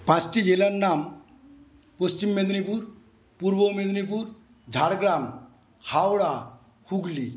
পাঁচটি জেলার নাম পশ্চিম মেদিনীপুর পূর্ব মেদিনীপুর ঝাড়গ্রাম হাওড়া হুগলি